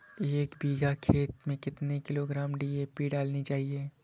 एक बीघा खेत में कितनी किलोग्राम डी.ए.पी डालनी चाहिए?